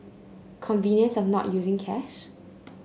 convenience of not using cash